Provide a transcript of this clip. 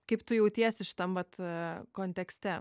kaip tu jautiesi šitam vat kontekste